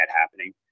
happening